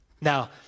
Now